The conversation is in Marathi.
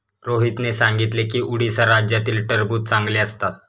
रोहितने सांगितले की उडीसा राज्यातील टरबूज चांगले असतात